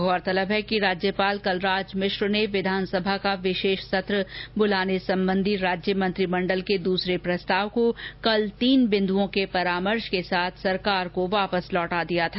गौरतलब है कि राज्यपाल कलराज मिश्र ने विधानसभा का विशेष सत्र बुलाने संबंधी राज्य मंत्रिमंडल के दूसरे प्रस्ताव को कल तीन बिंदुओं के परामर्श के साथ सरकार को वापस लौटा दिया था